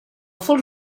ford